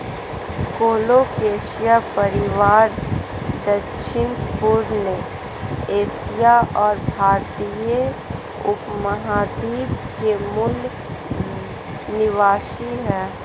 colocasia परिवार दक्षिणपूर्वी Asia और भारतीय उपमहाद्वीप के मूल निवासी है